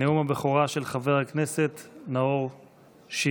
נאום הבכורה של חבר הכנסת נאור שירי.